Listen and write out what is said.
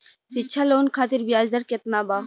शिक्षा लोन खातिर ब्याज दर केतना बा?